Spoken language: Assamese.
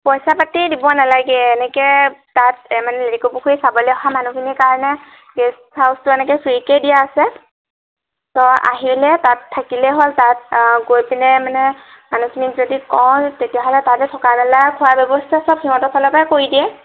পইচা পাতি দিব নালাগে এনেকৈ তাত মানে লেটেকু পুখুৰী চাবলৈ অহা মানুহখিনিৰ কাৰণে গেষ্ট হাউচটো এনেকৈ ফ্ৰিকেই দিয়া আছে তই আহিলে তাত থাকিলেই হ'ল তাত গৈ পিনে মানে মানুহখিনিক যদি কওঁ তেতিয়াহ'লে তাতে থকা মেলা খোৱাৰ ব্যৱস্থা সব সিহঁতৰ ফালৰ পৰাই কৰি দিয়ে